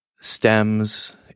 stems